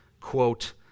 Quote